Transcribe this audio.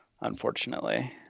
unfortunately